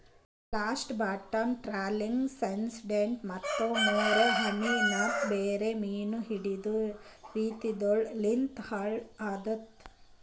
blast, bottom trawling, cyanide ಮತ್ತ ಮುರೋ ಅಮಿ ಅಂತ್ ಬೇರೆ ಮೀನು ಹಿಡೆದ್ ರೀತಿಗೊಳು ಲಿಂತ್ ಹಾಳ್ ಆತುದ್